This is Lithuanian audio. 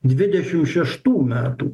dvidešimt šeštų metų